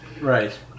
right